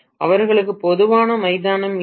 அவர்களுக்கு பொதுவான மைதானம் இல்லை